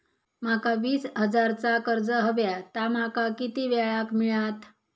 माका वीस हजार चा कर्ज हव्या ता माका किती वेळा क मिळात?